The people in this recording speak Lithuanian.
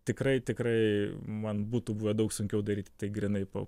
tikrai tikrai man būtų buvę daug sunkiau daryti tai grynai po